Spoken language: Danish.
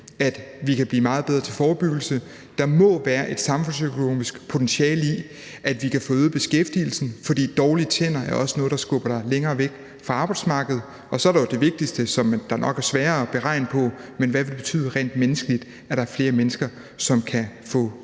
at vi kan blive meget bedre til forebyggelse. Der må være et samfundsøkonomisk potentiale i, at vi kan få øget beskæftigelsen, for dårlige tænder er også noget, der skubber dig længere væk fra arbejdsmarkedet. Og så er der jo det vigtigste, som det nok er sværere at beregne på: Hvad betyder det rent menneskeligt, at der er flere mennesker, som kan få bedre